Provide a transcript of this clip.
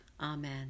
Amen